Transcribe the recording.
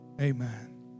amen